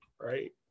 right